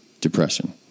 depression